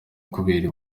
kubera